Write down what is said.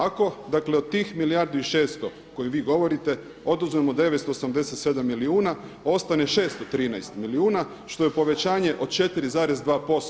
Ako dakle od tih 1 milijardu i 600 koje vi govorite oduzmemo 987 milijuna ostane 613 milijuna što je povećanje od 4,2%